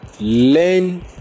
learn